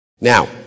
Now